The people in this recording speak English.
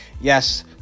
Yes